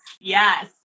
Yes